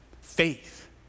Faith